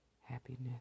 happiness